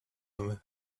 him